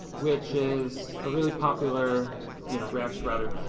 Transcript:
which is a really popular you know react router,